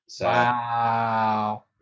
Wow